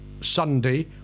Sunday